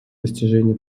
достижению